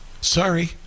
Sorry